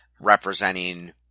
representing